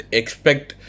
expect